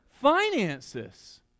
finances